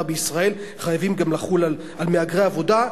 בישראל חייבים לחול גם על מהגרי העבודה.